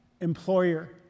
Employer